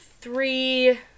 three